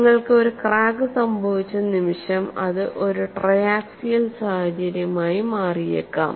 നിങ്ങൾക്ക് ഒരു ക്രാക്ക് സംഭവിച്ച നിമിഷം അത് ഒരു ട്രയാക്സിയാൽ സാഹചര്യമായി മാറിയേക്കാം